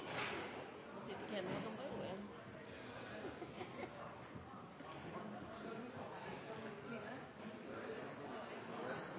må sitte